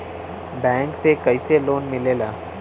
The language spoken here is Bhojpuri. बैंक से कइसे लोन मिलेला?